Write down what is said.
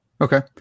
Okay